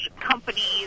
companies